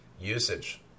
usage